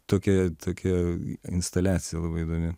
tokia tokia instaliacija labai įdomi